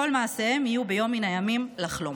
כל מעשיהם יהיו ביום מן הימים לחלום".